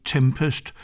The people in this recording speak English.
Tempest